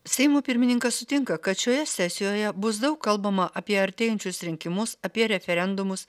seimo pirmininkas sutinka kad šioje sesijoje bus daug kalbama apie artėjančius rinkimus apie referendumus